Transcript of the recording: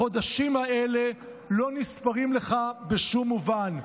החודשים האלה לא נספרים לך בשום מובן.